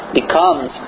becomes